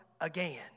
again